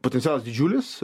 potencialas didžiulis